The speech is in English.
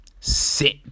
sit